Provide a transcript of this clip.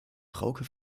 frauke